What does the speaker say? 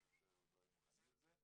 משהו שלא היינו מוכנים לו.